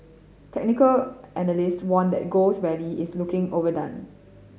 technical analyst warned that gold's rally is looking overdone